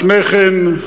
לפני כן,